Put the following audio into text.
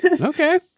okay